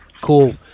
cool